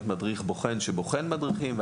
מדריכים שבוחנים מדריכים,